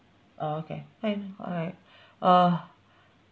oh okay fine alright uh